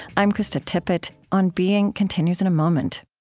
i'm krista tippett. on being continues in a moment